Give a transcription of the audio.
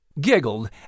giggled